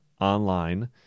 Online